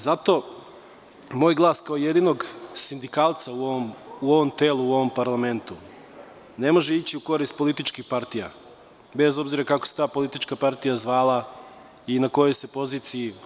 Zato moj glas kao jedinog sindikalca u ovom parlamentu ne može ići u korist političkih partija, bez obzira kako se ta politička partija zvala i na kojoj je poziciji.